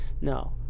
No